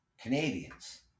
Canadians